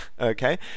Okay